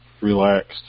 relaxed